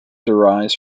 derives